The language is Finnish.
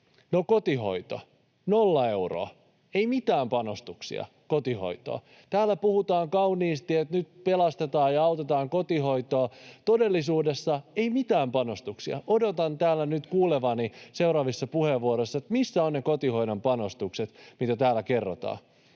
Kotihoito: nolla euroa, ei mitään panostuksia kotihoitoon. Täällä puhutaan kauniisti, että nyt pelastetaan ja autetaan kotihoitoa. Todellisuudessa ei mitään panostuksia. Odotan täällä nyt kuulevani seuraavissa puheenvuoroissa, missä ovat ne kotihoidon panostukset, mistä täällä kerrotaan.